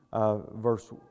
verse